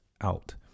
out